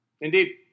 Indeed